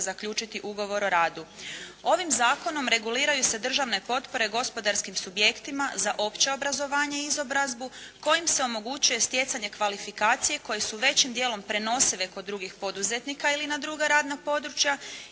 zaključiti ugovor o radu. Ovim zakonom reguliraju se državne potpore gospodarskim subjektima za opće obrazovanje i izobrazbu kojim se omogućuje stjecanje kvalifikacije koje su većim dijelom prenosive kod drugih poduzetnika ili na druga radna područja